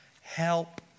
Help